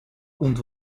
und